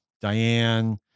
Diane